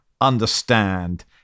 understand